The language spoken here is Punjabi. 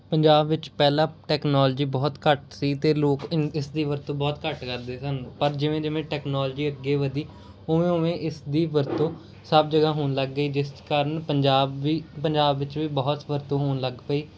ਪੰਜਾਬ ਵਿੱਚ ਪਹਿਲਾਂ ਟੈਕਨੋਲੋਜੀ ਬਹੁਤ ਘੱਟ ਸੀ ਅਤੇ ਲੋਕ ਇਨ ਇਸ ਦੀ ਵਰਤੋਂ ਬਹੁਤ ਘੱਟ ਕਰਦੇ ਸਨ ਪਰ ਜਿਵੇਂ ਜਿਵੇਂ ਟੈਕਨੋਲੋਜੀ ਅੱਗੇ ਵਧੀ ਉਵੇਂ ਉਵੇਂ ਇਸਦੀ ਵਰਤੋਂ ਸਭ ਜਗ੍ਹਾ ਹੋਣ ਲੱਗ ਗਈ ਜਿਸ ਕਾਰਨ ਪੰਜਾਬ ਵੀ ਪੰਜਾਬ ਵਿੱਚ ਵੀ ਬਹੁਤ ਵਰਤੋਂ ਹੋਣ ਲੱਗ ਪਈ